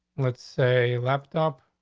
let's say left up,